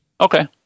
Okay